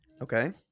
Okay